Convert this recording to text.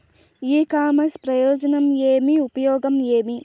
ఇ commerce ప్రయోజనం ఏమి? ఉపయోగం ఏమి?